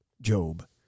Job